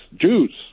Jews